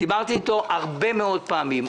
דיברתי איתו הרבה מאוד פעמים.